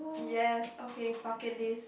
yes okay bucket list